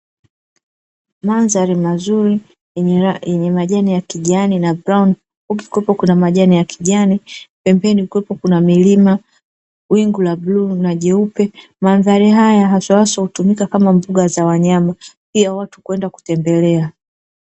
Mandhari mazuri yenye majani ya kijani, huku kukiwepo kuna majani ya kijani pembeni, kukiwepo kuna milima, wingu la bluu na jeupe. Mandhari haya haswa haswa hutumika kama mbuga za wanyama, pia watu kwenda kutembelea.